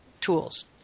tools